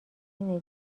نگران